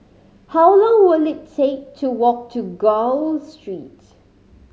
how long will it take to walk to Gul Street